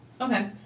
Okay